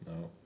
No